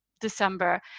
December